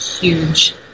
huge